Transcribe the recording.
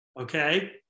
okay